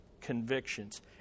convictions